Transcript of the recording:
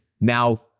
now